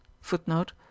footnote